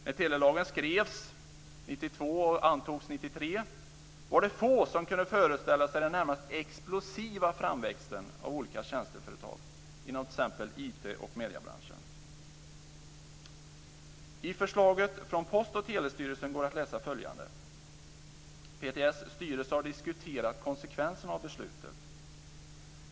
När telelagen skrevs 1992 - den antogs 1993 - var det få som kunde föreställa sig den närmast explosiva framväxten av olika tjänsteföretag inom t.ex. IT och mediebranschen. I förslaget från Post och telestyrelsen står följande att läsa: PTS styrelse har diskuterat konsekvenserna av beslutet.